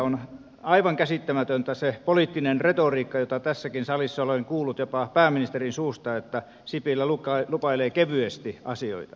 on aivan käsittämätöntä se poliittinen retoriikka jota tässäkin salissa olen kuullut jopa pääministerin suusta että sipilä lupailee kevyesti asioita